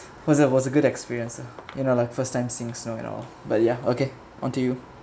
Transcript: was a was a good experience you know like first time seeing snow and all you know but ya okay onto you